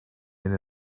mynd